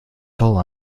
toll